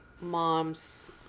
mom's